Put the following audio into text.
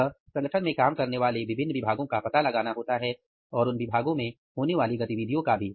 इसलिए संगठन में काम करने वाले विभिन्न विभागों का पता लगाना होता है और उन विभागों में होने वाली गतिविधियों का भी